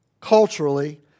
culturally